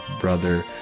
brother